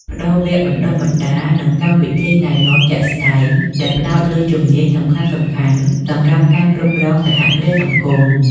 ផ្តល់វគ្គបណ្តុះបណ្តាល និងកម្មវិធីណែនាំជាក់ស្តែង ដែលផ្តោតលើជំនាញសំខាន់ៗសម្រាប់ការគ្រប់គ្រងសហគ្រាសសង្គម ។